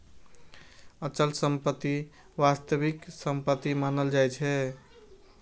अचल संपत्ति वास्तविक संपत्ति मानल जाइ छै